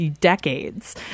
decades